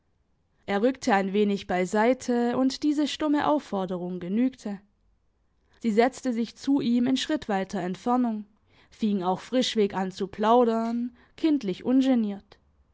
er rückte ein wenig beiseite und diese stumme aufforderung genügte sie setzte sich zu ihm in schrittweiter entfernung fing auch frischweg an zu plaudern kindlich ungeniert